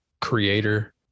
creator